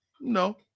No